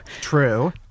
True